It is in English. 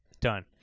Done